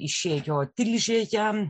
išėjo tilžėje